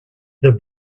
the